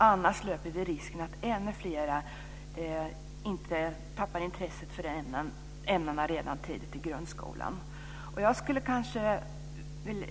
Annars löper vi risk för att ännu fler tappar intresset för dessa ämnen redan tidigt i grundskolan.